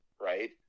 right